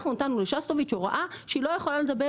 נתנו לשסטוביץ הוראה שהיא לא יכולה לדבר